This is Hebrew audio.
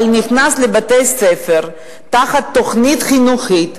אבל הוא נכנס לבתי-ספר תחת תוכנית חינוכית,